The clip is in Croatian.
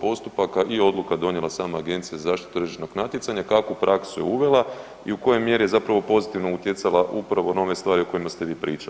postupaka i odluka donijela sama Agencija za zaštitu tržišnog natjecanja, kakvu praksu je uvela i u kojoj mjeri je zapravo pozitivno utjecala upravo na one stvari o kojima ste vi pričali.